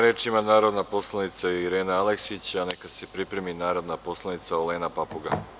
Reč ima narodna poslanica Irena Aleksić, a neka se pripremi narodna poslanica Olena Papuga.